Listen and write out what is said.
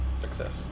success